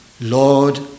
Lord